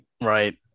Right